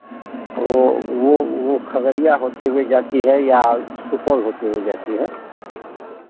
वो वो वो खगड़िया होते हुए जाती है या सुपौल होते हुए जाती है